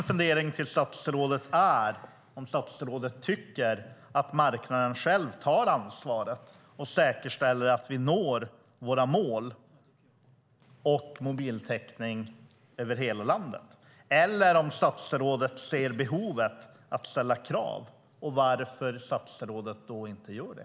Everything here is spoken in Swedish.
Tycker statsrådet att marknaden själv tar ansvaret och säkerställer att vi når våra mål om mobiltäckning över hela landet? Ser statsrådet ett behov av att ställa krav? Varför gör statsrådet inte det?